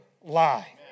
lie